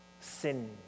sin